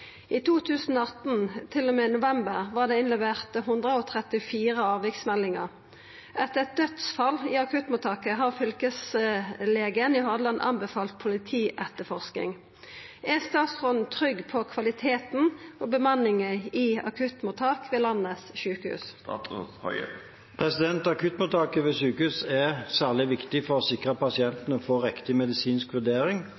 I 2018, til og med november, var det innlevert 134 avviksmeldinger. Etter et dødsfall i akuttmottaket har fylkeslegen i Hordaland anbefalt politietterforskning. Er statsråden trygg på kvaliteten og bemanningen i akuttmottak ved landets sykehus?» Akuttmottaket ved et sykehus er særlig viktig for å sikre at